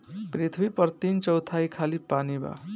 पृथ्वी पर तीन चौथाई खाली पानी बा